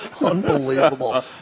unbelievable